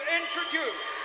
introduce